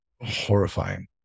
horrifying